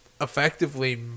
effectively